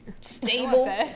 stable